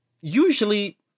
usually